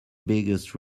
biggest